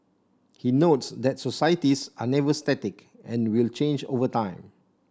he notes that societies are never static and will change over time